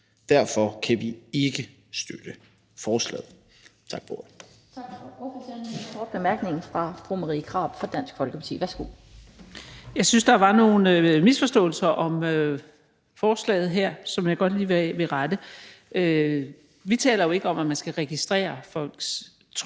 Derfor kan vi ikke støtte forslaget.